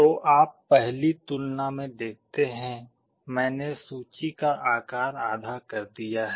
तो आप पहली तुलना में देखते हैं मैंने सूची का आकार आधा कर दिया है